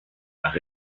par